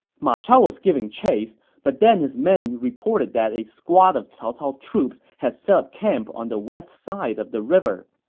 ma chao was giving chase, but then his men reported that a squad of cao cao's troops had set up camp on the west side of the river.